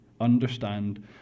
understand